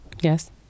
Yes